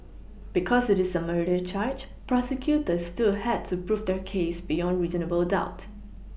because it is a murder charge prosecutors still had to prove their case beyond reasonable doubt